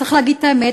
צריך להגיד את האמת,